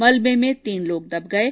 मलबे में तीन लोग दब गये